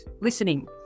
listening